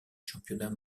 championnat